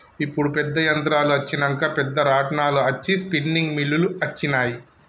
ఇప్పుడు పెద్ద యంత్రాలు అచ్చినంక పెద్ద రాట్నాలు అచ్చి స్పిన్నింగ్ మిల్లులు అచ్చినాయి